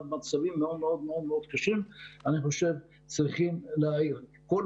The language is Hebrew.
מצבים מאוד מאוד קשים בקרב העסקים הקטנים והבינונים.